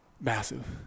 Massive